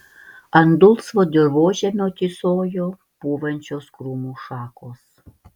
ant dulsvo dirvožemio tysojo pūvančios krūmų šakos